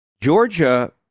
Georgia